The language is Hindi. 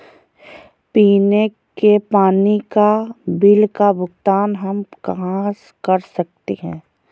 पीने के पानी का बिल का भुगतान हम कहाँ कर सकते हैं?